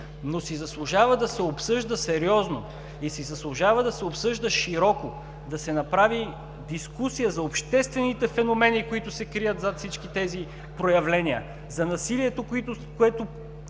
но си заслужава да се обсъжда сериозно и си заслужава да се обсъжда широко. Да се направи дискусия за обществените феномени, които се крият зад всички тези проявления, за насилието, което